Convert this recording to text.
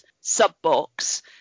sub-box